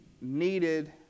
needed